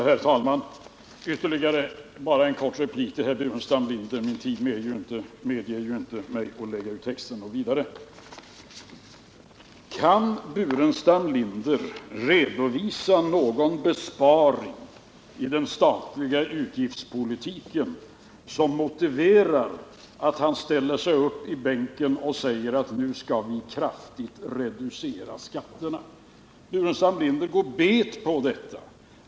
Herr talman! Ett par ord till herr Burenstam Linder — min tid medger inte att jag lägger ut texten något vidare. Kan herr Burenstam Linder redovisa någon besparing i den statliga utgiftspolitiken som motiverar att han ställer sig upp i bänken och säger att nu skall vi kraftigt reducera skatterna? Herr Burenstam Linder går bet på detta.